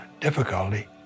difficulty